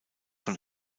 von